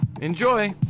Enjoy